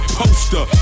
poster